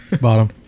Bottom